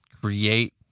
create